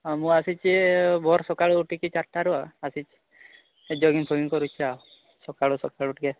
ହଁ ମୁଁ ଆସିଛି ଭୋର ସକାଳୁ ଉଠିକି ଚାରିଟାରୁ ଆଉ ଜଗିଂଗ ଫଜିଙ୍ଗ କରିକି ସକାଳୁ ସକାଳୁ ଟିକେ